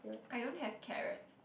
I don't have carrots